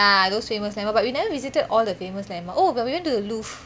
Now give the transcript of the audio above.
ah those famous landmarks but we never visited all the famous landmarks oh but we went to the loof